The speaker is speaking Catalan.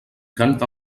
canta